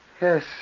Yes